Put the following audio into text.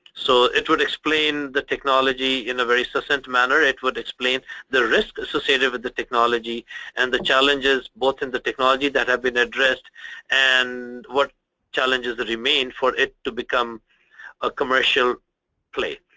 so it would explain the technology in a very succinct manner. it would explain the risk associated with the technology and the challenges both in the technologies that have been addressed and what challenges that remain for it to become a commercial play.